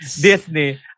Disney